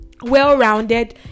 well-rounded